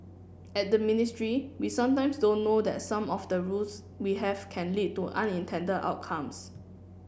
at the ministry we sometimes don't know that some of the rules we have can lead to unintended outcomes